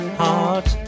heart